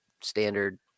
standard